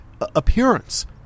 appearance